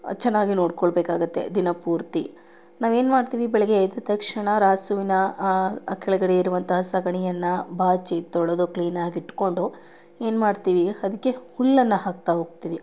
ಚೆನ್ನಾಗಿ ನೋಡ್ಕೊಳ್ಬೇಕಾಗುತ್ತೆ ದಿನ ಪೂರ್ತಿ ನಾವೇನು ಮಾಡ್ತೀವಿ ಬೆಳಗ್ಗೆ ಎದ್ದ ತಕ್ಷಣ ರಾಸುವಿನ ಕೆಳಗಡೆ ಇರುವಂಥ ಸಗಣಿಗಯನ್ನು ಬಾಚಿ ತೊಳೆದು ಕ್ಲೀನಾಗಿ ಇಟ್ಕೊಂಡು ಏನು ಮಾಡ್ತೀವಿ ಅದಕ್ಕೆ ಹುಲ್ಲನ್ನು ಹಾಕ್ತಾ ಹೋಗ್ತೀವಿ